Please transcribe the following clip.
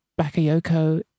Bakayoko